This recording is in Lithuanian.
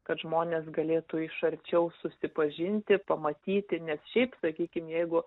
kad žmonės galėtų iš arčiau susipažinti pamatyti nes šiaip sakykim jeigu